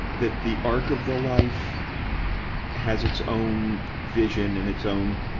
that the arc of the life has its own vision and its own,